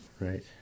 Right